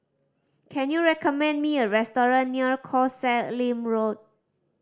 can you recommend me a restaurant near Koh Sek Lim Road